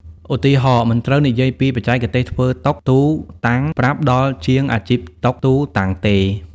ឧទាហរណ៍ មិនត្រូវនិយាយពីបច្ចេកទេសធ្វើតុ ទូ តាំង ប្រាប់ដល់ជាងអាជីពតុ ទូ តាំងទេ ។